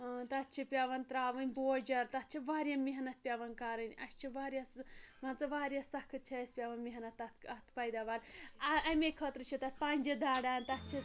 ٲں تَتھ چھِ پیٚوان ترٛاوٕنی بوجَر تَتھ چھِ واریاہ محنت پیٚوان کَرٕنۍ اسہِ چھِ واریاہ سُہ مان ژٕ واریاہ سخٕت چھِ اسہِ پیٚوان محنت تَتھ اَتھ پایداوار اَمے خٲطرٕ چھِ تَتھ پَنٛجہِ دَڑان تَتھ چھِ